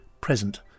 present